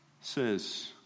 says